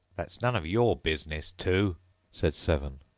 that's none of your business, two said seven.